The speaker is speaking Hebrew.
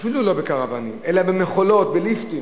אפילו לא בקרוונים, אלא במכולות, בליפטים